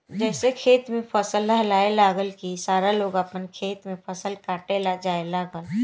जइसे खेत में फसल लहलहाए लागल की सारा लोग आपन खेत में फसल काटे ला जाए लागल